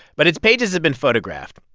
but its pages have been photographed.